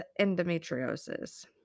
endometriosis